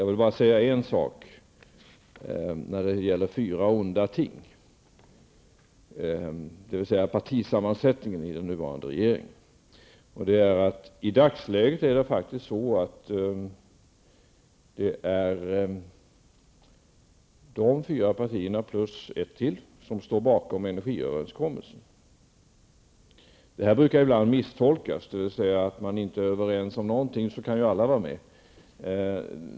Jag vill bara säga en sak när det gäller fyra onda ting, partisammansättningen i den nuvarande regeringen. I dagsläget är det faktiskt så att dessa fyra partier plus ett till står bakom energiöverenskommelsen. Detta brukar ibland misstolkas. Man säger att om man inte är överens om någonting då kan alla vara med.